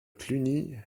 cluny